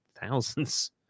thousands